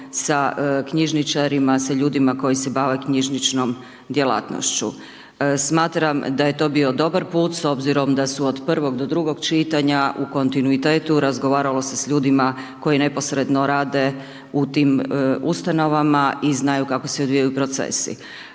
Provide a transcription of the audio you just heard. sa knjižničarima, sa ljudima koji se bave knjižničnom djelatnošću. Smatram da je to bio dobar put s obzirom da su od prvog do drugog čitanja u kontinuitetu, razgovaralo se s ljudima koji neposredno rade u tim ustanovama i znaju kako se odvijaju procesi.